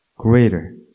greater